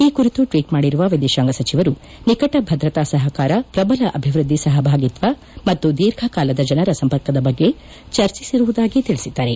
ಈ ಕುರಿತು ಟ್ವೀಟ್ ಮಾಡಿರುವ ವಿದೇಶಾಂಗ ಸಚಿವರು ನಿಕಟ ಭದ್ರತಾ ಸಹಕಾರ ಪ್ರಬಲ ಅಭಿವ್ಬದ್ದಿ ಸಹಭಾಗಿತ್ವ ಮತ್ತು ದೀರ್ಘಕಾಲದ ಜನರ ಸಂಪರ್ಕದ ಬಗ್ಗೆ ಚರ್ಚಿಸಿರುವುದಾಗಿ ತಿಳಿಸಿದ್ದಾರೆ